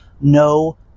no